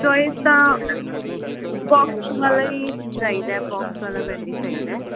choice ਤਾਂ box ਵਾਲਾ ਹੀ ਚਾਹੀਦਾ ਬਾਕਸ ਵਾਲਾ ਬੈਡ ਹੀ ਚਾਹੀਦਾ